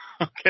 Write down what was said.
Okay